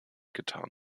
getan